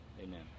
Amen